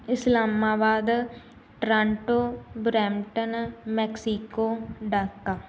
Islamabad Toronto Brampton Mexico Dhaka